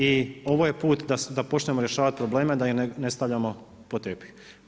I ovo je put da počnemo rješavati probleme da ih ne stavljamo pod tepih.